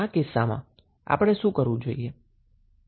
આ કિસ્સામાં આપણે શું કરવું જોઈએ